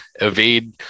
evade